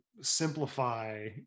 simplify